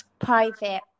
private